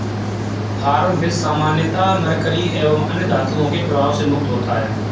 farm fish सामान्यतः mercury एवं अन्य धातुओं के प्रभाव से मुक्त होता है